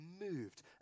moved